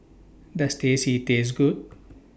Does Teh C Taste Good